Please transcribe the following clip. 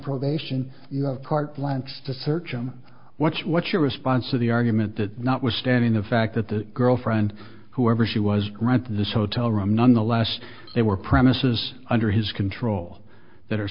probation you have carte blanche to search him what's what's your response to the argument that notwithstanding the fact that the girlfriend whoever she was granted this hotel room nonetheless they were premises under his control that are